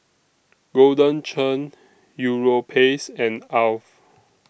Golden Churn Europace and Alf